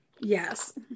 Yes